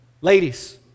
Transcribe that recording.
Ladies